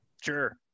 Sure